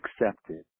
accepted